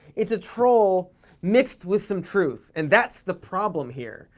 it's a troll mixed with some truth, and that's the problem here.